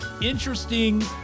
interesting